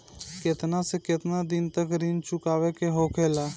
केतना से केतना दिन तक ऋण चुकावे के होखेला?